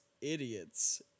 idiots